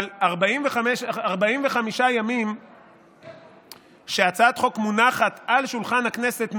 אבל 45 הימים שבהם הצעת החוק מונחת על שולחן הכנסת נועדו,